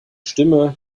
stimme